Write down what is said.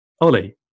Ollie